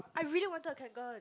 I really wanted a kanken